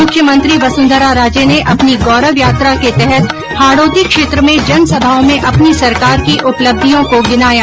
मुख्यमंत्री वसुंधरा राजे ने अपनी गौरव यात्रा के तहत हाडोती क्षेत्र में जनसभाओं में अपनी सरकार की उपलब्धियों को गिनाया